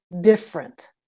different